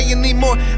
anymore